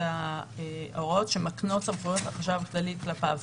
ההוראות שמקנות סמכויות לחשב הכללי כלפיו,